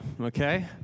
Okay